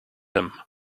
him